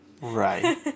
Right